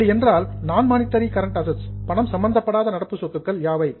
அப்படி என்றால் நான் மானிட்டரி கரண்ட் அசட்ஸ் பணம் சம்பந்தப்படாத நடப்பு சொத்துக்கள் யாவை